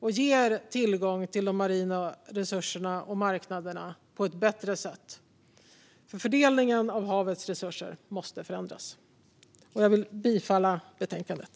att få tillgång till de marina resurserna och marknaderna på ett bättre sätt. Fördelningen av havets resurser måste förändras. Jag yrkar bifall till förslaget i betänkandet.